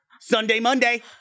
Sunday-Monday